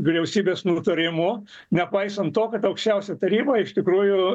vyriausybės nutarimu nepaisant to kad aukščiausio taryba iš tikrųjų